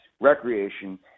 recreation